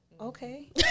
okay